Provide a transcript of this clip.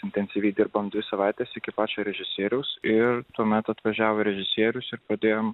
intensyviai dirbant dvi savaites iki pačių režisierius ir tuomet atvažiavo režisierius ir pradėjome